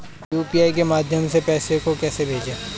UPI के माध्यम से पैसे को कैसे भेजें?